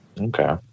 Okay